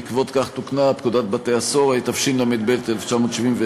בעקבות כך תוקנה פקודת בתי-הסוהר, התשל"ב 1971,